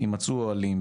ימצאו אוהלים,